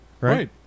right